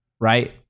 right